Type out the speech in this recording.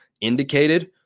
indicated